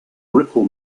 ripple